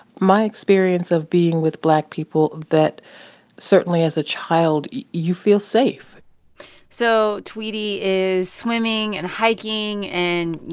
my experience of being with black people that certainly, as a child you feel safe so tweety is swimming and hiking and, you